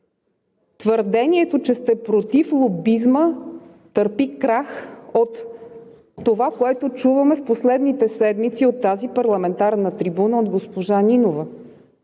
Твърдението, че сте против лобизма търпи крах от това, което чуваме в последните седмици от тази парламентарна трибуна от госпожа Нинова.